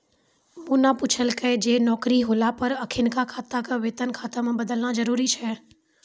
मोना पुछलकै जे नौकरी होला पे अखिनका खाता के वेतन खाता मे बदलना जरुरी छै?